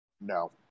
No